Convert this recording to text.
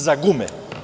Za gume.